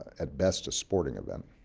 at best, a sporting event.